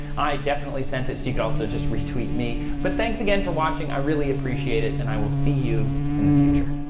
i definitely sent it so you could also just retweet me. but thanks again for watching. i really appreciate it and i will see you in the future.